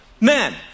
men